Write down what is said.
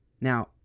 Now